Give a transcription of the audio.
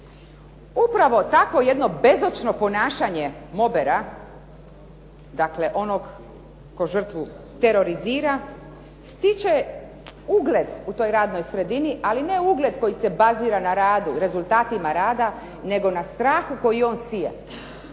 Upravo takvo jedno bezočno ponašanje mobera, dakle onog tko žrtvu terorizira stiče ugled u toj radnoj sredini, ali ne ugled koji se bazira na radu, rezultatima rada, nego na strahu koji on sije.